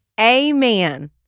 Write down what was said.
Amen